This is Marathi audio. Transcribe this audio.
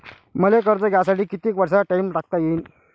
मले कर्ज घ्यासाठी कितीक वर्षाचा टाइम टाकता येईन?